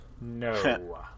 No